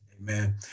Amen